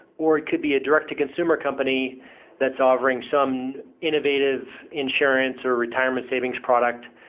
or it could be a direct-to-consumer company that's offering some innovative insurance or retirement savings product,